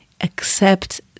Accept